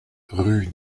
rue